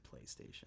PlayStation